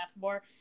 more